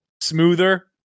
smoother